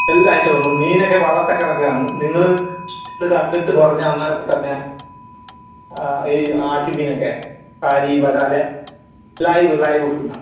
എല്ലാ ഐറ്റവും ഉണ്ട് മീനൊക്കെ വള്ളത്തെ കിടക്കാണ് നിങ്ങൾ ഇത് കണ്ടിട്ട് പറഞ്ഞാൽ അന്നേരപ്പം തന്നെ ഈ ആറ്റ് മീനൊക്കെ ഈ വരാൽ ലൈവ് ലൈവ് ഫുഡ്